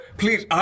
please